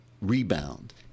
rebound